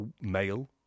male